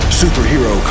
superhero